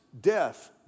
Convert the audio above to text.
death